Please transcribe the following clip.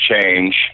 change